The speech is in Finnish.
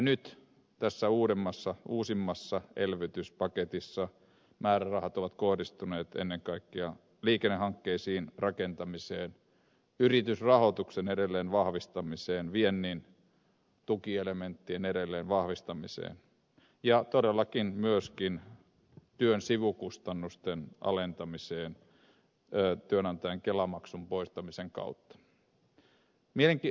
nyt tässä uusimmassa elvytyspaketissa määrärahat ovat kohdistuneet ennen kaikkea liikennehankkeisiin rakentamiseen yritysrahoituksen edelleen vahvistamiseen viennin tukielementtien edelleen vahvistamiseen ja todellakin myös työn sivukustannusten alentamiseen työnantajan kelamaksun poistamisen kautta